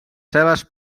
seves